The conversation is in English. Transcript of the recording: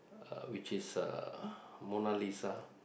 uh which is uh Mona-Lisa